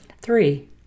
Three